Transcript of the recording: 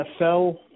NFL